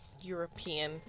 European